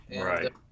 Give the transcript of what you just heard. Right